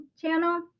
channel